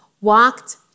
walked